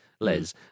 Les